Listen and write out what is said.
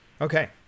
Okay